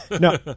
No